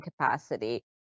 capacity